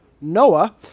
Noah